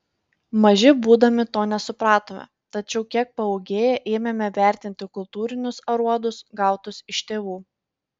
maži būdami to nesupratome tačiau kiek paūgėję ėmėme vertinti kultūrinius aruodus gautus iš tėvų